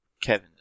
Kevin